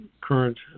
current